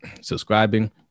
subscribing